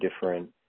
different